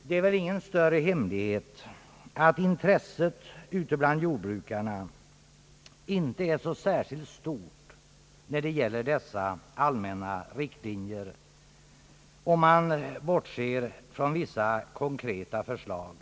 — Det är väl ingen större hemlighet att intresset ute bland jordbrukarna inte är särskilt stort när det gäller dessa allmänna riktlinjer — om man bortser från vissa konkreta förslag.